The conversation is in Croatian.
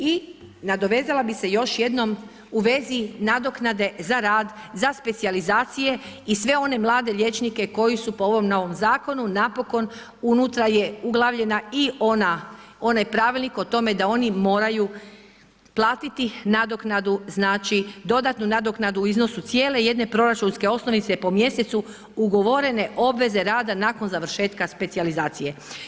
I nadovezala bih se još jednom u vezi nadoknade za rad za specijalizacije i sve one mlade liječnike koji su po ovom novom Zakonu napokon, unutra je uglavljena i onaj Pravilnik o tome da oni moraju platiti nadoknadu, znači dodatnu nadoknadu u iznosu cijele jedne proračunske osnovice po mjesecu ugovorene obveze rada nakon završetka specijalizacije.